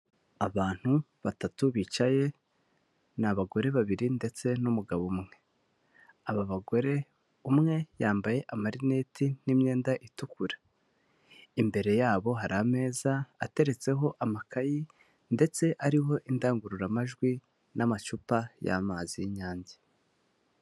Abantu batatu bicaye ni abagore babiri ndetse n'umugabo, aba bagore umwe yambaye amarineti n'imyenda itukura, imbere yabo hari ameza ateretseho amakayi ndetse ariho indangururamajwi n'amacupa y'amazi y'inyange.